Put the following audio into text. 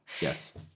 Yes